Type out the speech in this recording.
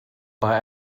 bei